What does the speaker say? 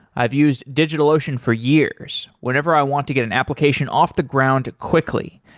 i've used digitalocean for years whenever i want to get an application off the ground quickly,